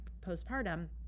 postpartum